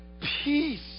peace